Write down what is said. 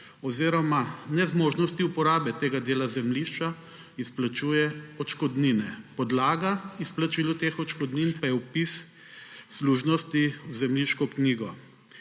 oziroma nezmožnosti uporabe tega dela zemljišča izplačuje odškodnine. Podlaga izplačilu teh odškodnin pa je vpis služnosti v zemljiško knjigo.